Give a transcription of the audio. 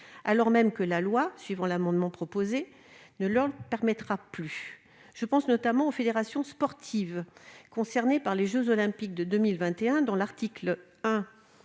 alors même que la loi, d'après la rédaction actuelle, ne le leur permettra plus. Je pense notamment aux fédérations sportives concernées par les jeux Olympiques de 2021, dont l'article 1